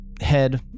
head